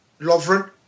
Lovren